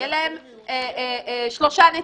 יהיה להם שלושה נציגים,